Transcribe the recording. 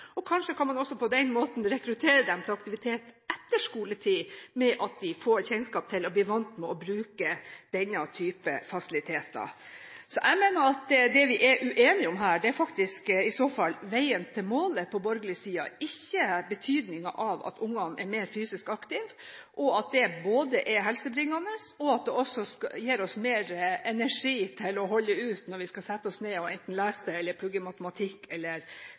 aktivitet. Kanskje kan man også på den måten rekruttere dem til aktivitet etter skoletid, ved at de får kjennskap til og blir vant med å bruke denne typen fasiliteter. Så jeg mener at det vi er uenige om her på borgerlig side, er i så fall veien mot målet – ikke betydningen av at ungene er mer fysisk aktive, og at det er helsebringende, og at det også gir oss mer energi til å holde ut når vi skal sette oss ned og lese eller pugge matematikk eller